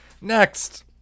Next